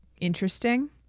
interesting